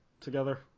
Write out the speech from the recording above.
together